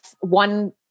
one